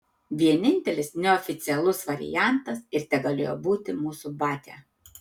vienintelis neoficialus variantas ir tegalėjo būti mūsų batia